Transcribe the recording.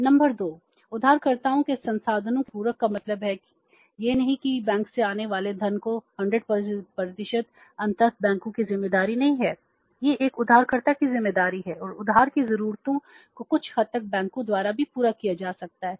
number 2 उधारकर्ताओं के संसाधनों के पूरक का मतलब है कि यह नहीं है कि बैंक से आने वाले धन का 100 प्रतिशत अंततः बैंकों की जिम्मेदारी नहीं है यह एक उधारकर्ता की जिम्मेदारी है और उधार की जरूरतों को कुछ हद तक बैंकों द्वारा भी पूरा किया जा सकता है